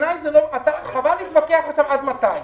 חבל להתווכח עד מתי.